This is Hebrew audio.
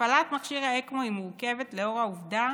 הפעלת מכשיר אקמו היא מורכבת לאור העובדה